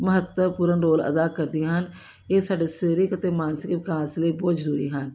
ਮਹੱਤਵਪੂਰਨ ਰੋਲ ਅਦਾ ਕਰਦੀਆਂ ਹਨ ਇਹ ਸਾਡੇ ਸਰੀਰਿਕ ਅਤੇ ਮਾਨਸਿਕ ਵਿਕਾਸ ਲਈ ਬਹੁਤ ਜ਼ਰੂਰੀ ਹਨ